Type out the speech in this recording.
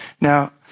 Now